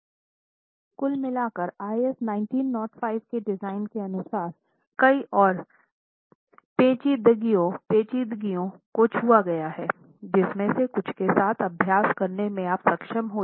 इसलिए कुल मिलाकर आईएस 1905 के डिज़ाइन के अनुसार कई और पेचीदगियों को छुआ गया है जिनमें से कुछ के साथ अभ्यास करने में आप सक्षम हो जाएगा